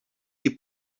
die